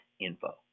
info